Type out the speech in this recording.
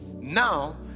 Now